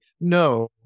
no